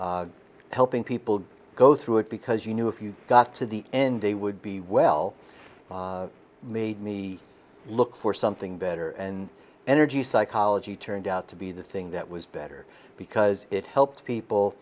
people go through it because you knew if you got to the end they would be well made me look for something better and energy psychology turned out to be the thing that was better because it helped